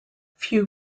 few